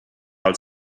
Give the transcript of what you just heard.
how